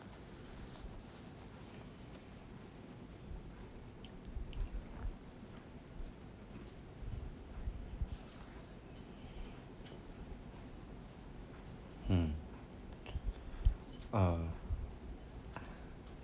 mm uh